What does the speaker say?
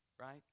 right